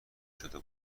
شده